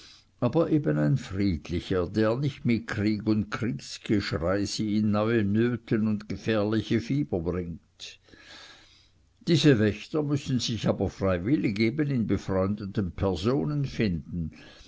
aber eben ein friedlicher der nicht mit krieg und kriegsgeschrei sie in neue nöten und gefährliche fieber bringt diese wächter müssen sich aber freiwillig eben in befreundeten personen finden